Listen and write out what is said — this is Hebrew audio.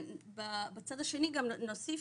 בצד השני גם נוסיף,